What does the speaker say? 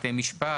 בתי משפט,